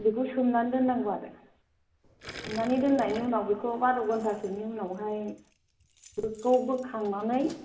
बेखौ सोमनानै दोननांगौ आरो सोमनानै दोननायनि उनाव बेखौ बार' घन्टासोनि उनावहाय बेखौ बोखांनानै